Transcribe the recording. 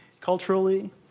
culturally